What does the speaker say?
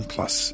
Plus